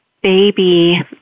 baby